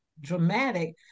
dramatic